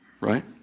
right